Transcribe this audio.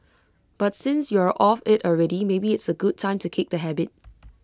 but since you are off IT already maybe it's A good time to kick the habit